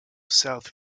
south